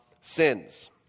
sins